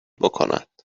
بکند